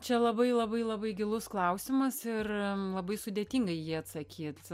čia labai labai labai gilus klausimas ir labai sudėtinga į jį atsakyt